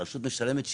הרשות משלמת 70%,